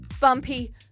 bumpy